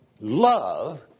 love